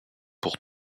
pour